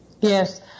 Yes